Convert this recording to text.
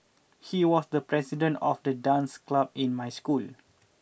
he was the president of the dance club in my school